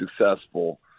successful